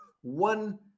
one